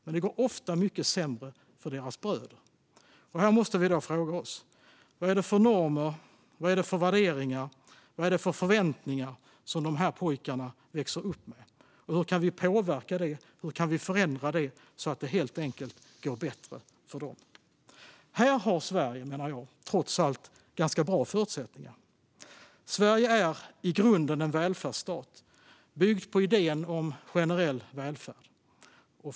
Men det går ofta mycket sämre för deras bröder. Här måste vi fråga oss vilka normer, värderingar och förväntningar som dessa pojkar växer upp med och hur vi kan påverka och förändra detta så att det helt enkelt går bättre för dem. Här har Sverige, menar jag, trots allt ganska bra förutsättningar. Sverige är i grunden en välfärdsstat byggd på idén om generell välfärd.